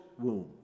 womb